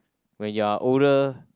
when you are older